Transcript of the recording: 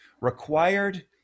Required